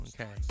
Okay